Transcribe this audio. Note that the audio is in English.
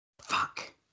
Fuck